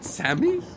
Sammy